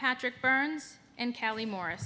patrick burns and kelly mor